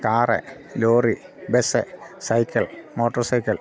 car lorry bus cycle motor cycle